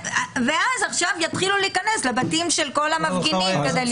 ואז עכשיו יתחילו להיכנס לבתים של כל המפגינים כדי לתפוס זה.